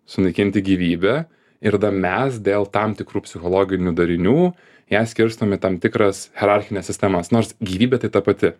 sunaikinti gyvybę ir dar mes dėl tam tikrų psichologinių darinių ją skirstom į tam tikras hierarchines sistemas nors gyvybė tai ta pati